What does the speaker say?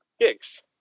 gigs